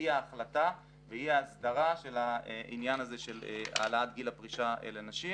אי ההחלטה ואי ההסדרה של העלאת גיל הפרישה לנשים,